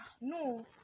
no